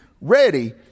ready